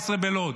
בלוד.